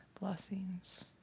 blessings